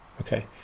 okay